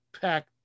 pack